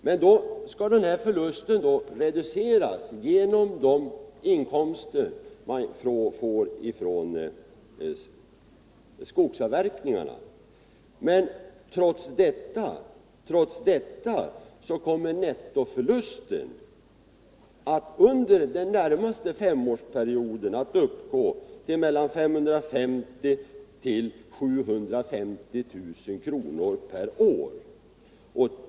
Denna förlust skall reduceras genom de inkomster man får ifrån skogsavverkningarna. Trots detta kommer nettoförlusten under den närmaste femårsperioden att uppgå till mellan 550 000 och 750 000 kr. per år.